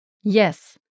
Yes